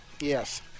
Yes